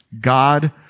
God